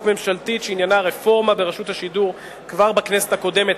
ממשלתית שעניינה רפורמה ברשות השידור כבר בכנסת הקודמת,